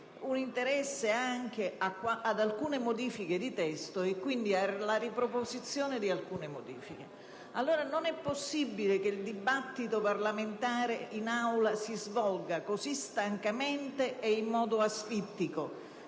un interesse ad alcune modifiche del testo e alla riproposizione di alcuni emendamenti. Non è possibile che il dibattito parlamentare in Aula si svolga così stancamente e in modo asfittico.